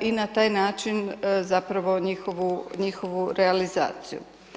i na taj način zapravo njihovu, njihovu realizaciju.